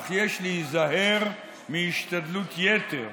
אך יש להיזהר מהשתדלות יתר.